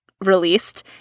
released